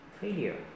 failure